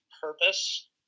purpose